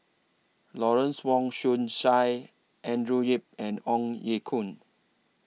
Lawrence Wong Shyun Tsai Andrew Yip and Ong Ye Kung